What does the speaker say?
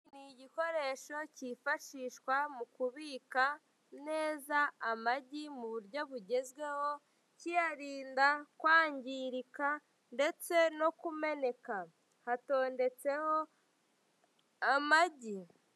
Ni Igikoresho cyifashishwa mu kubika neza amagi mu buryo bugezweho, kiyarinda kwangirika ndetse no kumeneka. Hatondetseho amagi.